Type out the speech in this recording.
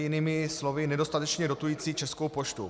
Jinými slovy, nedostatečně dotující Českou poštu.